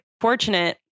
fortunate